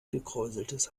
gekräuseltes